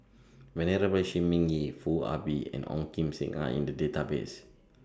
Venerable Shi Ming Yi Foo Ah Bee and Ong Kim Seng Are in The Database